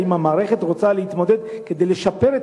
האם המערכת רוצה להתמודד כדי לשפר את